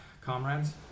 Comrades